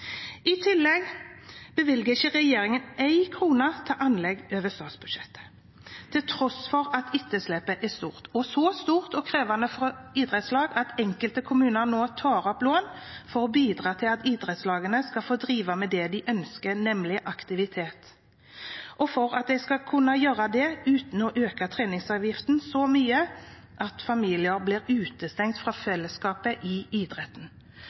I tillegg bevilger ikke regjeringen én krone over statsbudsjettet til anlegg, til tross for at etterslepet er stort, og så stort og krevende for idrettslag at enkelte kommuner nå tar opp lån for å bidra til at idrettslagene skal få drive med det de ønsker – nemlig aktivitet – og for at de skal kunne gjøre det uten å øke treningsavgiftene så mye at familier blir utestengt fra fellesskapet i idretten.